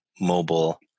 mobile